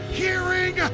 hearing